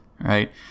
Right